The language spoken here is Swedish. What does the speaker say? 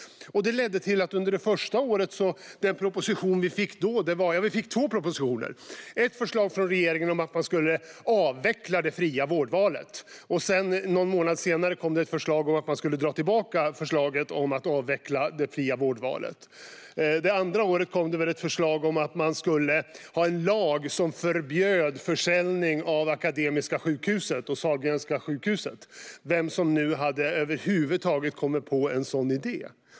Det ledde till att vi fick två propositioner under det första året. Det kom först ett förslag från regeringen om att man skulle avveckla det fria vårdvalet, och någon månad senare kom det ett förslag om att man skulle dra tillbaka förslaget om att avveckla det fria vårdvalet. Det andra året kom ett förslag om en lag som förbjöd försäljning av Akademiska sjukhuset och Sahlgrenska sjukhuset - vem som nu över huvud taget hade kommit på en sådan idé!